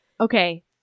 Okay